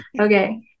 Okay